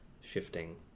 shifting